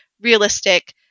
realistic